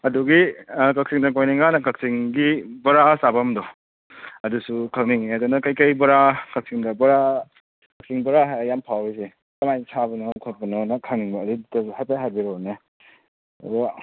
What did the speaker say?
ꯑꯗꯨꯒꯤ ꯀꯛꯆꯤꯡꯗ ꯀꯣꯏꯅꯤꯡ ꯀꯥꯟꯗ ꯀꯥꯛꯆꯤꯡꯒꯤ ꯕꯣꯔꯥ ꯆꯥꯐꯝꯗꯣ ꯑꯗꯨꯁꯨ ꯈꯪꯅꯤꯡꯉꯦ ꯑꯗꯨꯅ ꯀꯩ ꯀꯩ ꯕꯣꯔꯥ ꯀꯛꯆꯤꯡꯗ ꯕꯣꯔꯥ ꯀꯛꯆꯤꯡ ꯕꯣꯔꯥ ꯍꯥꯏꯔꯒ ꯌꯥꯝ ꯐꯥꯎꯔꯤꯁꯦ ꯀꯃꯥꯏꯅ ꯁꯥꯕꯅꯣ ꯈꯣꯠꯄꯅꯣꯅ ꯈꯪꯅꯤꯡꯕ ꯑꯗꯨꯒꯤ ꯗꯤꯇꯦꯜꯗꯣ ꯍꯥꯏꯐꯦꯠ ꯍꯥꯏꯕꯤꯔꯣꯅꯦ